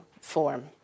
form